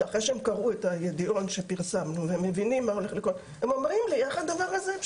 אחרי שהם קראו את הידיעון שפרסמנו והם מבינים מה הולך לקרות.